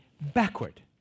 backward